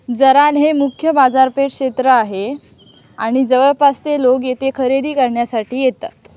जराल हे मुख्य बाजारपेठ क्षेत्र आहे आणि जवळपास ते लोक येथे खरेदी करण्यासाठी येतात